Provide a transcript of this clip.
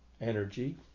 energy